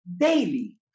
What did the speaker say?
Daily